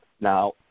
Now